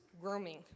grooming